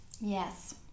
yes